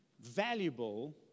Valuable